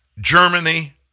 Germany